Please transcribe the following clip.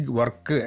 work